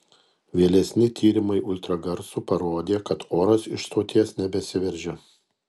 vėlesni tyrimai ultragarsu parodė kad oras iš stoties nebesiveržia